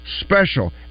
special